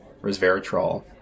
resveratrol